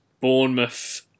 Bournemouth